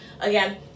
again